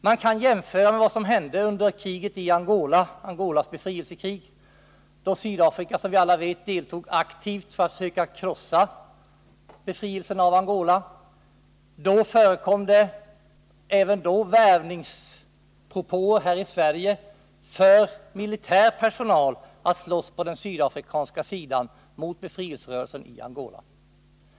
Man kan jämföra med vad som hände under Angolas befrielsekrig, då Sydafrika, som vi alla vet, deltog aktivt för att söka krossa befrielsen av Angola. Även då förekom det värvningspropåer i Sverige för militär personal om att slåss på den sydafrikanska sidan mot befrielserörelsen i Angola.